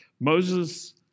Moses